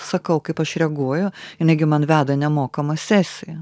sakau kaip aš reaguoju jinai gi man veda nemokamą sesiją